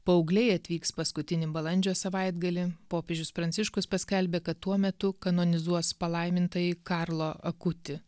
paaugliai atvyks paskutinį balandžio savaitgalį popiežius pranciškus paskelbė kad tuo metu kanonizuos palaimintąjį karlą akutį